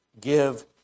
give